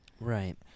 Right